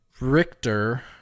Richter